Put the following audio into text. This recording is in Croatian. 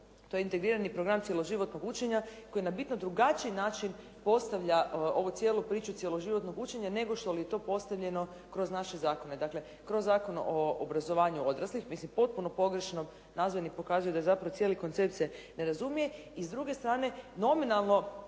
to je integrirani program cjeloživotnog učenja koji na bitno drugačiji način postavlja ovu cijelu priču cjeloživotnog učenja nego što li je to postavljeno kroz naše zakone, dakle kroz Zakon o obrazovanju odraslih, mislim potpuno pogrešno nazvanim pokazuju da je zapravo cijeli koncept se ne razumije i s druge strane nominalno